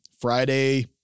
Friday